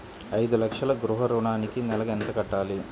ఐదు లక్షల గృహ ఋణానికి నెలకి ఎంత కట్టాలి?